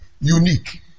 Unique